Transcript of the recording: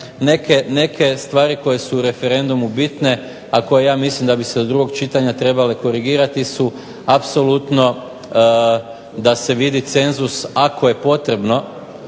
neke stvari koje su u referendumu bitne, a koje ja mislim da bi se do drugog čitanja trebale korigirati su apsolutno da se vidi cenzus ako je potrebno